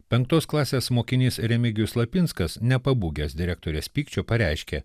penktos klasės mokinys remigijus lapinskas nepabūgęs direktorės pykčio pareiškė